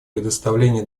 предоставлении